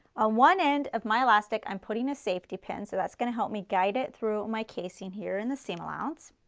ah one end of my elastic, i'm putting a safety pin so that's going to help me guide it through my casing here in the seam allowance.